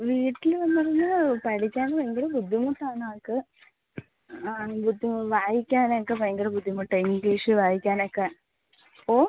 വീട്ടിൽ വന്നാൽ പഠിക്കാൻ ഭയങ്കര ബുദ്ധിമുട്ട് ആണ് ആൾക്ക് ആ ബുദ്ധി വായിക്കാനൊക്കെ ഭയങ്കര ബുദ്ധിമുട്ട് ഇംഗ്ലീഷ് വായിക്കാനൊക്കെ ഓ